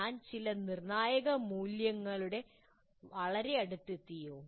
ഞാൻ ചില നിർണായക മൂല്യങ്ങളുടെ വളരെ അടുത്തെത്തിയോ